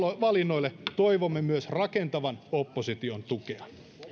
valinnoille toivomme myös rakentavan opposition tukea